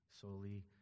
solely